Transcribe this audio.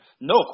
No